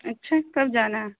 اچھا کب جانا ہے